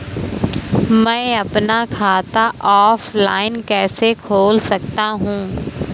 मैं अपना खाता ऑफलाइन कैसे खोल सकता हूँ?